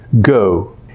go